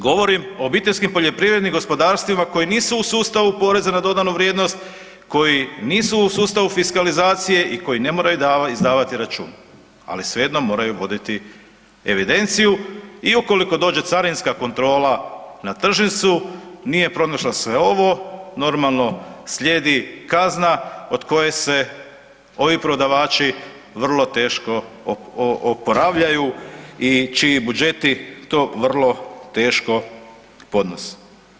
Govorim o obiteljskim poljoprivrednim gospodarstvima koji nisu u sustavu poreza na dodanu vrijednost, koji nisu u sustavu fiskalizacije i koji ne moraju izdavati račun, ali svejedno moraju voditi evidenciju i ukoliko dođe carinska kontrola na tržnicu, nije pronašla sve ovo normalno slijedi kazna od koje se ovi prodavači vrlo teško oporavljaju i čiji budžeti to vrlo teško podnose.